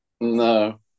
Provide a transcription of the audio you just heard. no